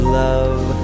love